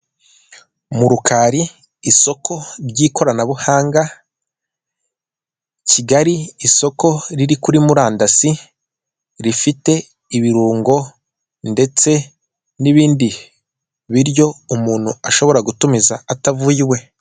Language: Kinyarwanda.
Mu rurukari isoko ry'ikoranabuhanga, Kigali isoko riri kuri murandasi, rifite ibirungo ndetse n'ibindi biryo umuntu ashobora gutumiza atavuye iwe.